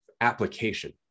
application